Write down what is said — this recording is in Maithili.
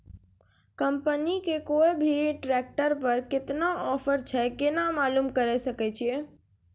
कंपनी के कोय भी ट्रेक्टर पर केतना ऑफर छै केना मालूम करऽ सके छियै?